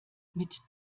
mit